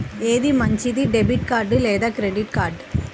ఏది మంచిది, debit card లేదా క్రెడిట్ కార్డ్?